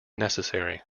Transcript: necessary